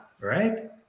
Right